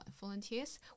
volunteers